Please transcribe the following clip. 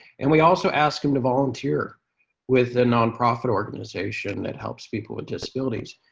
and we also ask them to volunteer with a non-profit organization that helps people with disabilities.